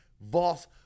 Voss